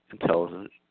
Intelligence